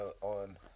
on